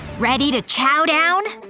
ready to chow down?